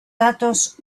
datos